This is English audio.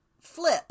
Flip